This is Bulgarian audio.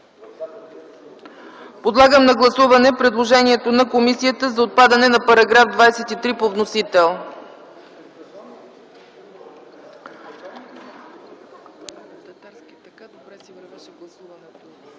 Подлагам на гласуване предложението на комисията за отпадане на § 23 по вносител.